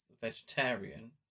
vegetarian